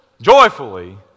joyfully